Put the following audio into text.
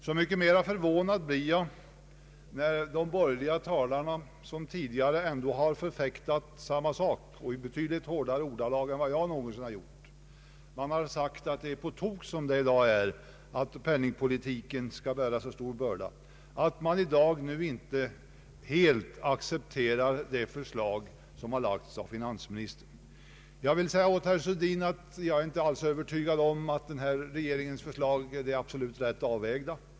Så mycket mer förvånad blir jag när de borgerliga talarna, som tidigare ändå har förfäktat samma sak och i betydligt hårdare ordalag än vad jag någonsin har gjort — man har sagt att det är på tok, som det i dag är, att penningpolitiken skall bära så stor börda — nu inte helt accepterar det förslag som har lagts av finansministern. Jag vill säga till herr Sundin att jag inte alls är övertygad om att regeringens förslag är absolut riktigt avvägt.